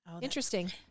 Interesting